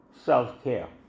self-care